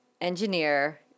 engineer